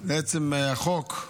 לעצם החוק,